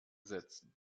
setzen